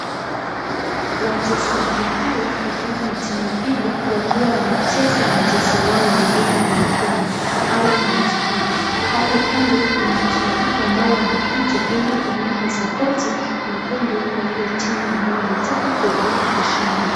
Wachezaji hawa ikiwa ni timu mbili wakiwa wancheza mchezo wao wa mpira wa mkono. Hawa ni wasichana, pale Kando kuna mashabiki ambao wamekuja ili kuonyesha (CS)sappoti(CS) na upendo Kwa Ile timu ambayo wametaka kuepuka ushindi.